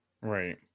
Right